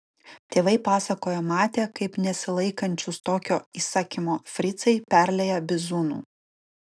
tėvai pasakojo matę kaip nesilaikančius tokio įsakymo fricai perlieja bizūnu